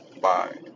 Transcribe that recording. Bye